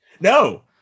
No